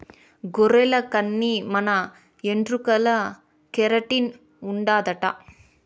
గొర్రెల కన్ని మన ఎంట్రుకల్ల కెరటిన్ ఉండాదట